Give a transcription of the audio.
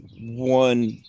One